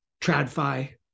TradFi